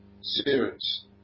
series